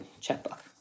checkbook